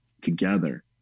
together